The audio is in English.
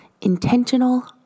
Intentional